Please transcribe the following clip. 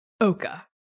Oka